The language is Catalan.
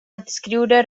adscriure